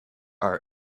are